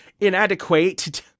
inadequate